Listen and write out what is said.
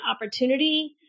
opportunity